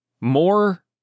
more